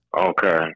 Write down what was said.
Okay